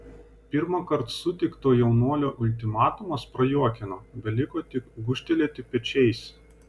pirmąkart sutikto jaunuolio ultimatumas prajuokino beliko tik gūžtelėti pečiais